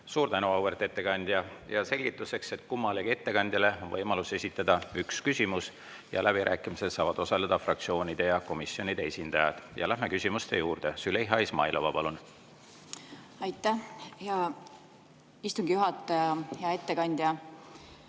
Suur tänu, auväärt ettekandja! Selgituseks: kummalegi ettekandjale on võimalus esitada üks küsimus ning läbirääkimistel saavad osaleda fraktsioonide ja komisjonide esindajad. Läheme küsimuste juurde. Züleyxa Izmailova, palun! Aitäh, hea istungi juhataja! Hea ettekandja!